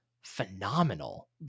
phenomenal